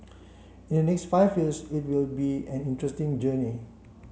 in the next five years it will be an interesting journey